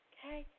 Okay